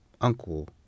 uncle